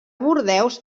bordeus